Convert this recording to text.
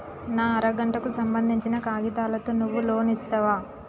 నా అర గంటకు సంబందించిన కాగితాలతో నువ్వు లోన్ ఇస్తవా?